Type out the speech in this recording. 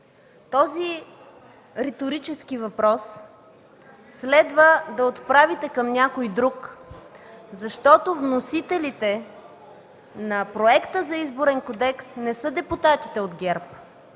Този риторически въпрос следва да отправите към някой друг, защото вносителите на Проекта за Изборен кодекс не са депутатите от ГЕРБ.